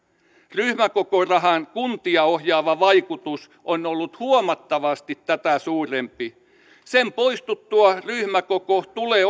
ryhmäkokorahan kuntia ohjaava vaikutus on ollut huomattavasti tätä suurempi sen poistuttua ryhmäkoko tulee